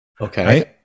Okay